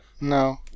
No